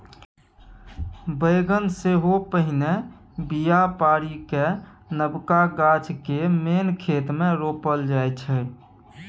बेगन सेहो पहिने बीया पारि कए नबका गाछ केँ मेन खेत मे रोपल जाइ छै